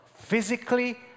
Physically